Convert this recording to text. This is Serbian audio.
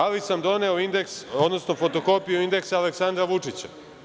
Ali sam doneo i indeks, odnosno fotokopiju indeksa Aleksandra Vučića.